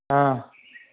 हाँ